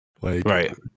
Right